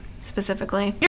Specifically